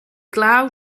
glaw